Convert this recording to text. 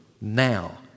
now